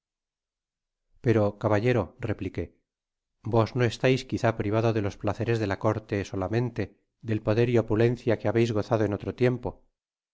pero caballero repliqué vos no estais quizá privado de los placeres de la corte solamente del poder y opulencia que habeis gozado en otro tiempo